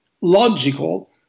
logical